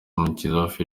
umukinnyikazi